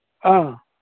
ꯑꯥ